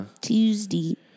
Tuesday